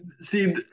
See